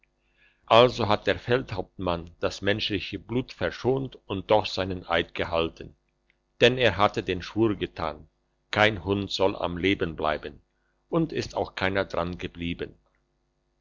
also hat der feldhauptmann das menschliche blut verschont und doch seinen eid gehalten denn er hatte den schwur getan kein hund soll am leben bleiben und ist auch keiner daran geblieben